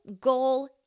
goal